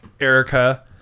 erica